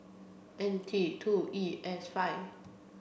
N T two E S five